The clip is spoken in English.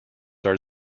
are